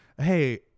hey